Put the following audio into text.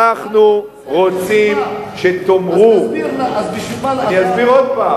אז בשביל מה אתה רוצה,